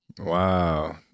Wow